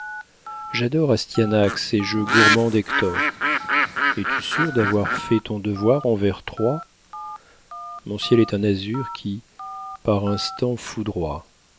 j'adore astyanax et je gourmande hector es-tu sûr d'avoir fait ton devoir envers troie mon ciel est un azur qui par instants